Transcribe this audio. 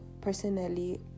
personally